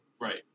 Right